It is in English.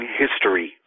history